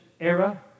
era